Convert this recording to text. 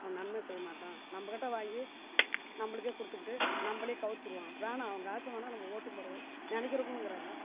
அவன் நன்மை செய்ய மாட்டான் நம்மக்கிட்ட வாங்கி நம்மளுக்கே கொடுத்துப்புட்டு நம்மளே கவுத்துருவான் வேணாம் அவன் காசும் வேணாம் நம்ம ஓட்டும் போடக்கூடாது நினைக்கிறவங்களும் இருக்குறாங்க